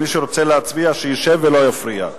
מי שרוצה להצביע, שישב ולא יפריע.